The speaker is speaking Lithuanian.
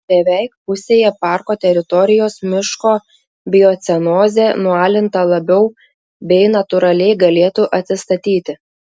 beveik pusėje parko teritorijos miško biocenozė nualinta labiau bei natūraliai galėtų atsistatyti